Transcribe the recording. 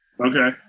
Okay